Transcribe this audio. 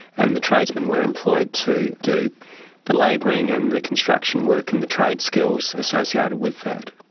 and the tradesmen were employed to do the labouring and the construction work and the trade skills associated with that.